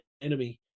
enemy